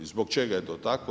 Zbog čega je to tako?